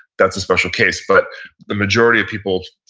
that's a special case but the majority of people,